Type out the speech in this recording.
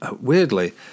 weirdly